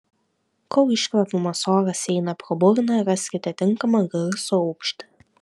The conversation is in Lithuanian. kol iškvepiamas oras eina pro burną raskite tinkamą garso aukštį